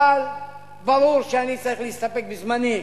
אבל ברור שאני צריך להסתפק בזמני.